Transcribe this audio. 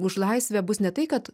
už laisvę bus ne tai kad